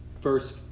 first